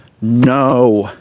No